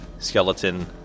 skeleton